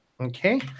Okay